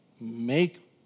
make